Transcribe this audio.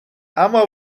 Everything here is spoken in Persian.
اما